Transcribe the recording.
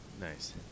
Nice